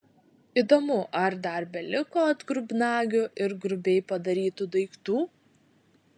įdomu ar dar beliko atgrubnagių ir grubiai padarytų daiktų